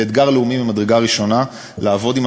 זה אתגר לאומי ממדרגה ראשונה לעבוד עם